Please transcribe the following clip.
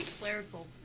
Clerical